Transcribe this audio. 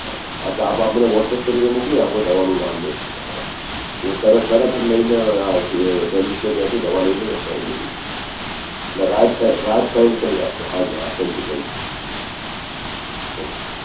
અચ્છા આપ આપ મને વ્હોટ્સઅપ કરીને મોકલી આપો નામ ને એ બધું બરાબર તરત જ તરત જ લઇ ને કેમિસ્ટને ત્યાંથી દવા લઈને હું અત્યારે લઇ લઇશ ના રાહત રાહત થાય એવું કરી આપજો હાજી હા thank you thank you okay